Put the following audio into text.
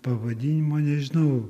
pavadinimo nežinau